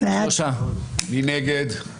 מי נגד?